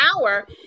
hour